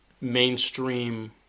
mainstream